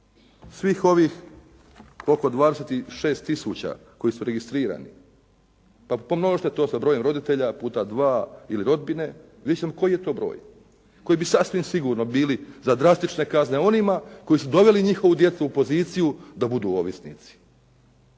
svih ovih oko 26000 koji su registrirani pa pomnožite to sa brojem roditeljima puta dva, ili rodbine i vidjeti ćemo koji je to broj koji bi sasvim sigurno bili za drastične kazne onima koji su doveli njihovu djecu u poziciju da budu ovisnici